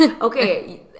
Okay